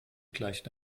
gleicht